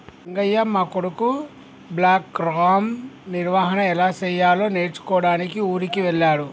రంగయ్య మా కొడుకు బ్లాక్గ్రామ్ నిర్వహన ఎలా సెయ్యాలో నేర్చుకోడానికి ఊరికి వెళ్ళాడు